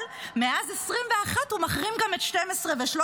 אבל מאז 2021 הוא מחרים גם את 12 ו-13.